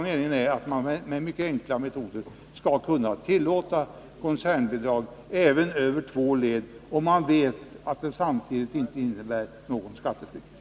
Meningen är att man med mycket enkla metoder skall kunna tillåta koncernbidrag även över två led, om man vet att det samtidigt inte innebär något skattefiffel.